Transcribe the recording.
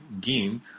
game